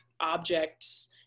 objects